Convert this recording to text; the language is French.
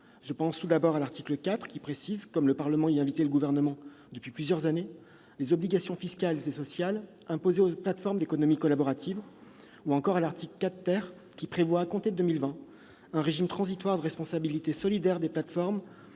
Je pense tout d'abord à l'article 4, qui précise, comme le Parlement y invitait le Gouvernement depuis plusieurs années, les obligations fiscales et sociales imposées aux plateformes d'économie collaborative. J'évoquerai également l'article 4 , qui prévoit, à compter de 2020, un régime transitoire de responsabilité solidaire des plateformes